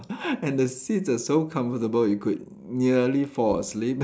and the seats are so comfortable you could nearly fall asleep lor